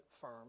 firm